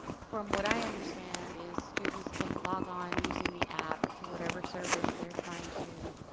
from what i understand is students can log on using the app to whatever service they're trying to